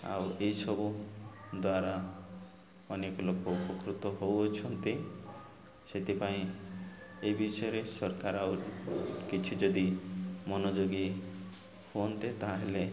ଆଉ ଏଇସବୁ ଦ୍ୱାରା ଅନେକ ଲୋକ ଉପକୃତ ହଉଅଛନ୍ତି ସେଥିପାଇଁ ଏ ବିଷୟରେ ସରକାର ଆଉ କିଛି ଯଦି ମନୋଯୋଗୀ ହୁଅନ୍ତେ ତା'ହେଲେ